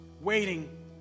waiting